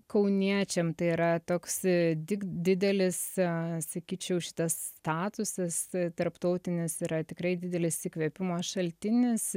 kauniečiam tai yra toks dig didelis sakyčiau šitas statusas tarptautinis yra tikrai didelis įkvėpimo šaltinis